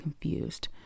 confused